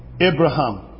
Abraham